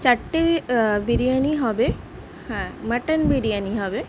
চারটে বিরিয়ানি হবে হ্যাঁ মাটান বিরিয়ানি হবে